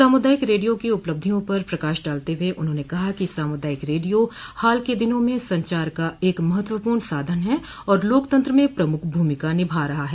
सामुदायिक रेडियो की उपलब्धियों पर प्रकाश डालते हुए उन्होंने कहा कि सामुदायिक रेडियो हाल के दिनों में संचार का एक महत्वपूर्ण साधन है और लोकतंत्र में प्रमुख भूमिका निभा रहा है